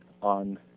on